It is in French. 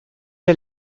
est